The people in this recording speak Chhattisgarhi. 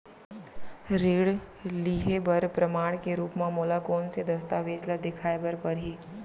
ऋण लिहे बर प्रमाण के रूप मा मोला कोन से दस्तावेज ला देखाय बर परही?